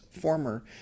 former